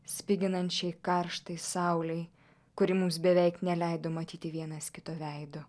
spiginančiai karštai saulei kuri mums beveik neleido matyti vienas kito veidu